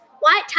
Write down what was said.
White